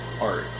art